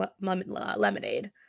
Lemonade